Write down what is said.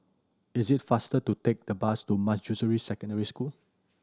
is it faster to take the bus to Manjusri Secondary School